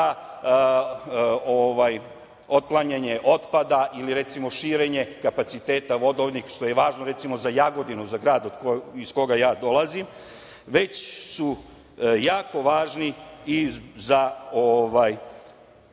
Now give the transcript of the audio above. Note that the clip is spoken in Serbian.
otklanjanje otpada ili recimo širenje kapaciteta vodovodnih, što je važno, recimo, za Jagodinu, za grad iz kog dolazim, već su jako važni i za dalje